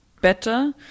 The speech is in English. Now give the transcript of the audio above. better